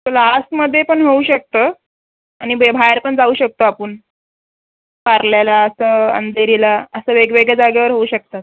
क्लासमध्ये पण होऊ शकतं आणि बे बाहेर पण जाऊ शकतो आपण पार्ल्याला असं अंधेरीला असं वेगवेगळ्या जागेवर होऊ शकतात